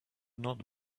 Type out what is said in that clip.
not